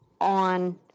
on